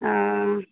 हँ